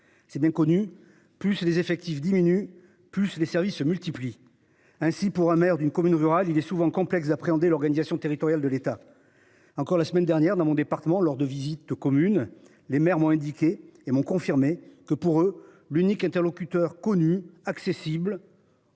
C'est bien connu, plus les effectifs diminuent plus les services se multiplient. Ainsi pour un maire d'une commune rurale, il est souvent complexe d'appréhender l'organisation territoriale de l'État. Encore la semaine dernière dans mon département lors de visites de communes, les maires ont indiqué et m'ont confirmé que pour eux l'unique interlocuteur connu accessible.